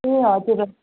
ए हजुर